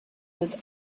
was